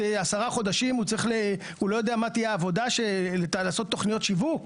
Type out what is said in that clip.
עשרה חודשים הוא לא יודע מה תהיה העבודה כדי לעשות תוכניות שיווק?